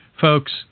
Folks